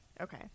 Okay